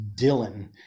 Dylan